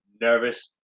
nervous